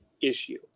issue